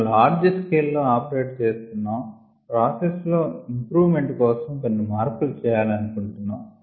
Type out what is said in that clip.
మనం ఒక large scale లో ఆపరేట్ చేస్తున్నాం ప్రాసెస్ లో ఇంప్రూవమెంట్ కోసం కొన్ని మార్పులు చేయాలని అనుకుంటున్నాం